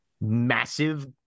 massive